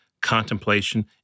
contemplation